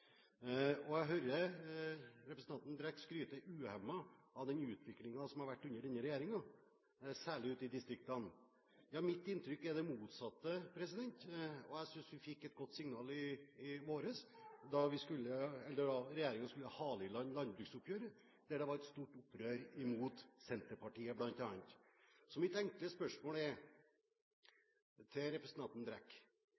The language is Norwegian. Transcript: resultatet. Jeg hører representanten Brekk skryte uhemmet av den utviklingen som har vært under denne regjeringen, særlig ute i distriktene. Mitt inntrykk er det motsatte. Jeg synes vi fikk et godt signal i vår da regjeringen skulle hale i land landbruksoppgjøret, der det var et stort opprør mot Senterpartiet bl.a. Mitt enkle spørsmål